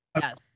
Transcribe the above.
Yes